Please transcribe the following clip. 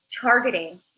targeting